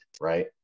right